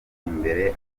imbere